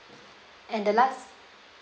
and the last